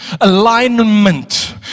Alignment